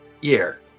year